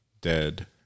dead